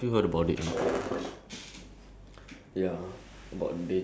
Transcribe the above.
since there's this new rule that came out right let's talk about the you know the first box